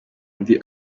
undi